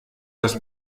das